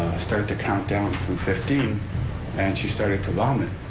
start to count down from fifteen and she started to vomit,